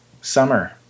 summer